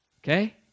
okay